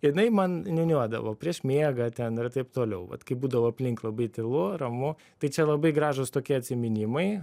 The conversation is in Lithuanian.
jinai man niūniuodavo prieš miegą ten ir taip toliau vat kai būdavo aplink labai tylu ramu tai čia labai gražūs tokie atsiminimai